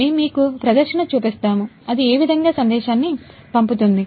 మేము మీకు ప్రదర్శన చూపిస్తాము అది ఏ విధముగా సందేశాన్ని పంపుతుంది